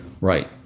Right